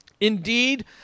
Indeed